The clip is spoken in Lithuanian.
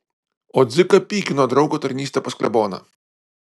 o dziką pykino draugo tarnystė pas kleboną